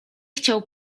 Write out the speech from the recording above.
chciał